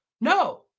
No